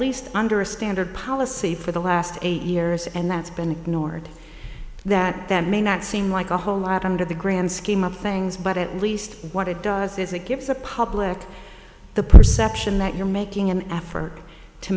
least under a standard policy for the last eight years and that's been ignored that that may not seem like a whole lot under the grand scheme of things but at least what it does is it gives the public the perception that you're making an effort to